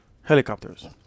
helicopters